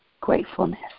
gratefulness